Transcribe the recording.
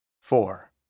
FOUR